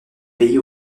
pays